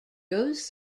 goes